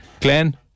Glenn